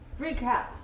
recap